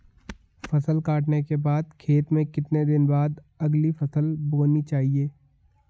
फसल काटने के बाद खेत में कितने दिन बाद अगली फसल बोनी चाहिये?